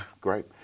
great